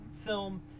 film